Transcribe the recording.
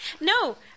No